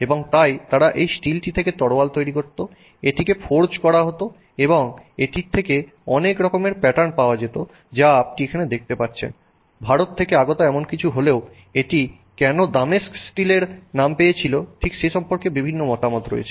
এবং তাই তারা এই স্টিলটি থেকে তরোয়াল তৈরি করত এটি ফোর্জ করা হতো এবং এটির থেকে অনেক রকমের প্যাটার্ন পাওয়া যেত যা আপনি এখানে দেখতে পাচ্ছেন ভারত থেকে আগত এমন কিছু হলেও এটি কেন দামেস্ক স্টিলের নাম পেয়েছিল ঠিক সে সম্পর্কে বিভিন্ন মতামত রয়েছে